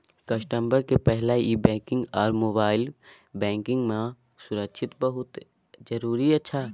customer के सबसे पहला ई बैंकिंग आर मोबाइल बैंकिंग मां सुरक्षा बहुत जरूरी अच्छा